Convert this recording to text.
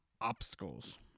obstacles